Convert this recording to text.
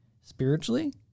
spiritually